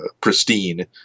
pristine